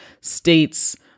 states